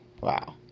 Wow